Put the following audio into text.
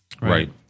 right